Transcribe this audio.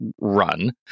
run